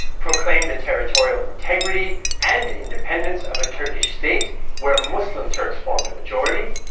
proclaimed the territorial integrity and independence of a turkish state where muslim turks formed a majority,